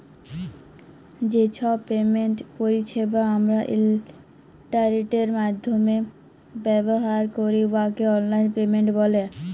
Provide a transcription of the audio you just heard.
যে ছব পেমেন্ট পরিছেবা আমরা ইলটারলেটের মাইধ্যমে ব্যাভার ক্যরি উয়াকে অললাইল পেমেল্ট ব্যলে